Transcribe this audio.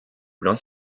blancs